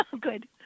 Good